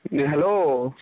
hello